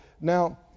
Now